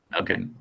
Okay